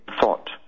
thought